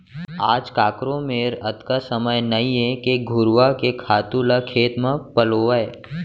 आज काकरो मेर अतका समय नइये के घुरूवा के खातू ल खेत म पलोवय